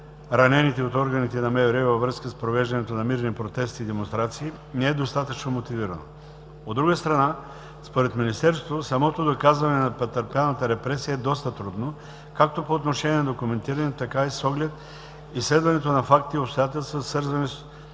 ранените от органите на МВР във връзка с провеждането на мирни протести и демонстрации не е достатъчно мотивирано. От друга страна, според Министерството, самото доказване на претърпяната репресия е доста трудно, както по отношение на документирането, така и с оглед изследването на фактите и обстоятелствата, свързани